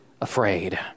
afraid